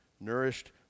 Nourished